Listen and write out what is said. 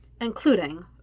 including